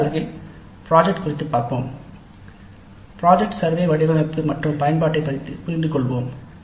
அடுத்த அலகில் ப்ராஜெக்ட் குறித்து பார்ப்போம் ப்ராஜெக்ட் சர்வே வடிவமைப்பு மற்றும் பயன்பாட்டைப் புரிந்து கொள்வோம்